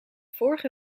vorige